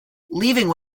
leaving